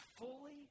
fully